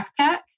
backpack